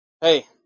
hey